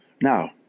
Now